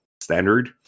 standard